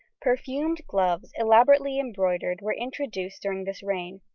perfumed gloves, elaborately embroidered, were introduced during this reign.